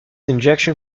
injection